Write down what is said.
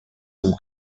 zum